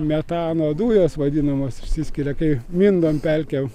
metano dujos vadinamos išsiskiria kai mindom pelkę